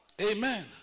Amen